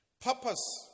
Purpose